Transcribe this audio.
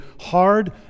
hard